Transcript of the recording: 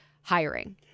hiring